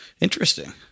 Interesting